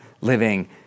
living